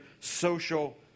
social